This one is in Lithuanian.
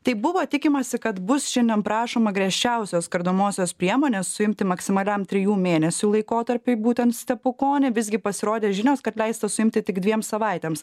tai buvo tikimasi kad bus šiandien prašoma griežčiausios kardomosios priemonės suimti maksimaliam trijų mėnesių laikotarpiui būtent stepukonį visgi pasirodė žinios kad leista suimti tik dviem savaitėms